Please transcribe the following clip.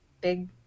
big